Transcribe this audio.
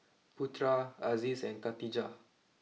Putra Aziz and Khatijah